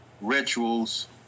rituals